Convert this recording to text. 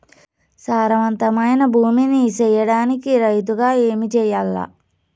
సారవంతమైన భూమి నీ సేయడానికి రైతుగా ఏమి చెయల్ల?